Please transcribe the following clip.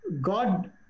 God